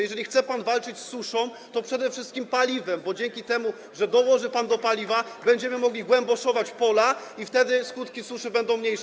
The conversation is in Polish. Jeżeli chce pan walczyć z suszą, to przede wszystkim paliwem, bo dzięki temu, że dołoży pan do paliwa, będziemy mogli głęboszować pola i wtedy skutki suszy będą mniejsze.